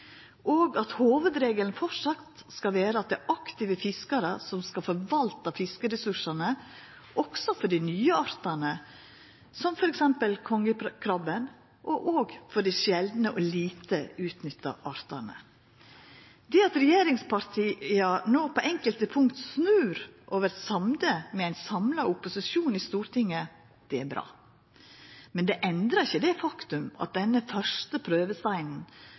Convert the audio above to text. og at hovudregelen framleis skal vera at det er aktive fiskarar som skal forvalta fiskeressursane også for dei nye artane, som f.eks. kongekrabbe, og for dei sjeldne og lite utnytta artane. Det at regjeringspartia no på enkelte punkt snur og vert samde med ein samla opposisjon i Stortinget, er bra. Men det endrar ikkje det faktum at denne første prøvesteinen